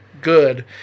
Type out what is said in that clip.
good